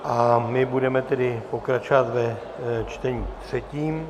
A my budeme tedy pokračovat ve čtení třetím.